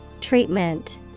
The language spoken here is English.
Treatment